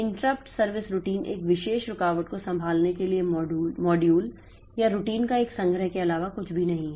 interrupt service routine एक विशेष रुकावट को संभालने के लिए मॉड्यूल या रूटीन का एक संग्रह के अलावा कुछ भी नहीं है